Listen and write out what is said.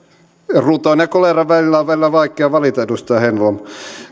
ruton ja koleran välillä on välillä vaikea valita edustaja heinäluoma